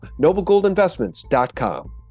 noblegoldinvestments.com